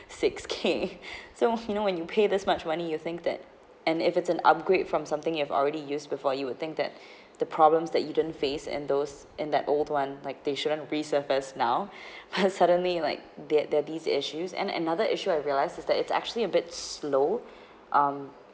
six K so you know when you pay this much money you think that and if it's an upgrade from something you have already use before you would think that the problems that you didn't face and those in that old one like they shouldn't resurface now why suddenly like the the these issues and another issue I realised is that it's actually a bit slow um